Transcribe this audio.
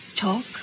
talk